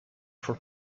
for